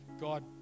God